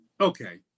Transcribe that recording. Okay